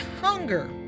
hunger